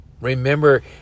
Remember